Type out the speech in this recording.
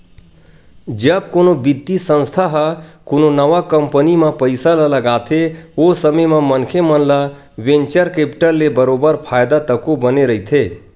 जब कोनो बित्तीय संस्था ह कोनो नवा कंपनी म पइसा ल लगाथे ओ समे म मनखे मन ल वेंचर कैपिटल ले बरोबर फायदा तको बने रहिथे